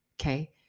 Okay